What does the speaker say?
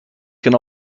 can